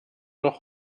noch